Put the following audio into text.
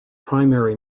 primary